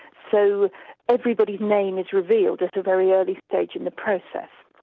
so everybody's name is revealed at a very early stage in the process.